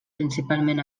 principalment